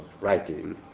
writing